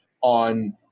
on